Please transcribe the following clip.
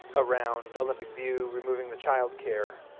around olympic view removing the child care